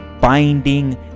binding